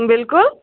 بلکُل